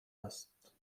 است